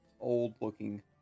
old-looking